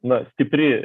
na stipri